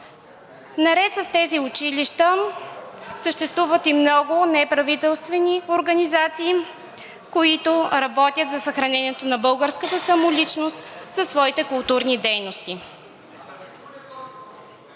Наред с тези училища, съществуват и много неправителствени организации, които работят за съхранението на българската самоличност със своите културни дейности.